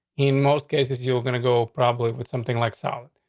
in most cases, you were gonna go probably with something like south,